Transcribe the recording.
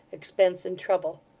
expense, and trouble.